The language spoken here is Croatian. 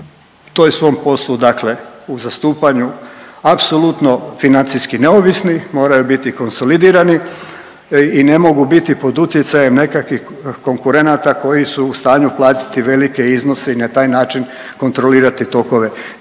toj svom poslu, dakle u zastupanju apsolutno financijski neovisni, moraju biti konsolidirani i ne mogu biti pod utjecajem nekakvih konkurenata koji su u stanju platiti velike iznose i na taj način kontrolirati tokove